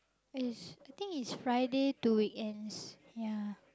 it's I think it's Friday to weekends ya